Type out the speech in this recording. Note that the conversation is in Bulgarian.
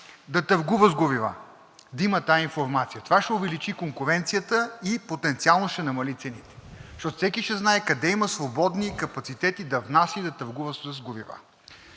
да търгува с горива и да има тази информация. Това ще увеличи конкуренцията и потенциално ще намали цените, защото всеки ще знае къде има свободни капацитети да внася и да търгува с горива.